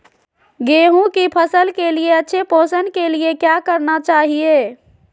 गेंहू की फसल के अच्छे पोषण के लिए क्या करना चाहिए?